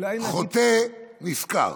חוטא נשכר.